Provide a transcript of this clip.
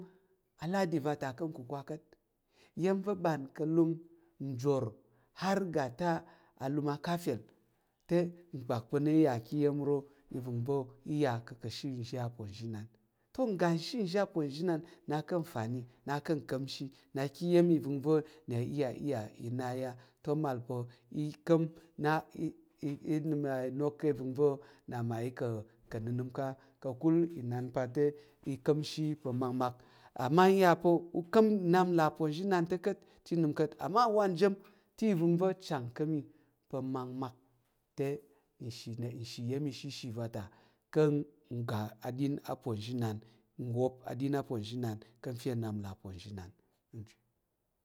A ladi vate ka̱ kwakwa ka̱t iya̱m va̱ ɓan ka̱ lum njur har ga ta alum a ka̱ fel te mpak pa̱ na va̱ ka̱ iya̱m vəngva̱ iya ko ka̱ she nzhi aponzhinan to ngga shizhi aponzhinan ta na ka̱ nfani na ka̱ nkamshi na ka̱ iya̱m ivəngva̱ na iya ya i na yi a te mal pal ka̱m na i nəm inok ka̱ nvəngva̱ na mmayi ka̱ nənəm ko a ka̱kul inan pa̱ te i ka̱ shiyi pa̱ makmak ama aya pa̱ ukum nnap nlà aponzhinan to ka̱t te inəm ka̱t ama wa njim te ivəngva̱ chang ka̱ mi pa̱ makmak ta u shi na nshi iya̱m ishishi vata ka̱ ga aɗin aponzhinan nwop aɗin aponzhinan ka̱ fe nnap là aponzhinan.